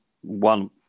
one